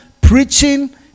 preaching